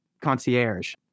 concierge